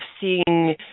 seeing